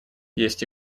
есть